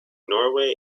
norway